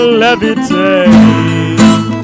levitate